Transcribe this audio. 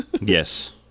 Yes